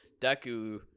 deku